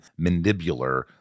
mandibular